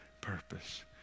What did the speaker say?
purpose